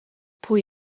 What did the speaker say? pwy